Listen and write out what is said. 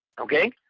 Okay